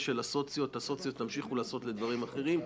הסוציו תמשיכו לעשות לדברים אחרים.